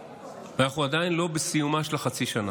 ואנחנו עדיין לא בסיומה של החצי שנה.